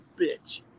bitch